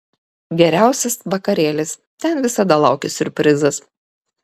geriausias vakarėlis ten visada laukia siurprizas